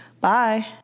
Bye